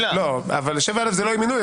לא, 7א זה לא אי-מינוי.